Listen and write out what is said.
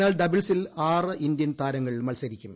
എന്നാൽ ഡബിൾസിൽ ആറ് ഇന്ത്യൻ താരങ്ങൾ മത്സരിക്കും